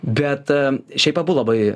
bet šiaip abu labai